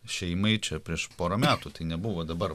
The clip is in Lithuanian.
šeimai čia prieš porą metų tai nebuvo dabar